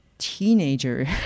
teenager